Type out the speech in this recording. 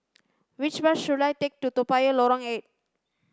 which bus should I take to Toa Payoh Lorong eight